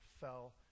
fell